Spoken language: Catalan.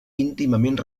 íntimament